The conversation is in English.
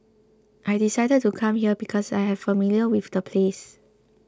I decided to come here because I was familiar with the place